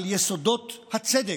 על יסודות הצדק,